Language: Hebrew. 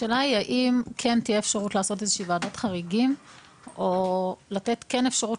השאלה היא האם תהיה אפשרות לעשות ועדת חריגים או לתת אפשרות